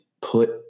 put